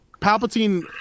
Palpatine